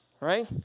right